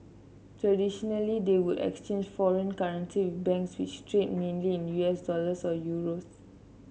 traditionally they would exchange foreign currency banks which trade mainly in U S dollars or euros